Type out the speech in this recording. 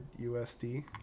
USD